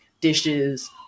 dishes